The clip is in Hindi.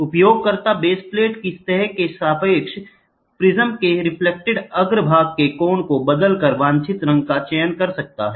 उपयोगकर्ता बेस प्लेट की सतह के सापेक्ष प्रिज्म के रिफ्लेक्टेड अग्रभाग के कोण को बदल कर वांछित रंग का चयन कर सकता है